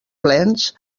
plens